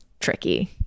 tricky